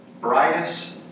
brightest